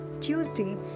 Tuesday